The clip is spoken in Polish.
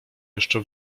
jeszcze